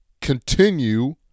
continue